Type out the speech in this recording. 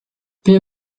wir